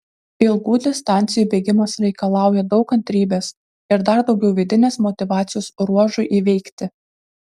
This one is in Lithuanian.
ilgų distancijų bėgimas reikalauja daug kantrybės ir dar daugiau vidinės motyvacijos ruožui įveikti